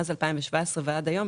מאז 2017 ועד היום,